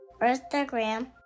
Instagram